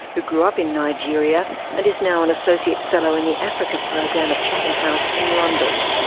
who grew up in nigeria and is now an associate fellow in the africa program at chatham house in london.